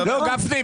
גפני,